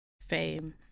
Fame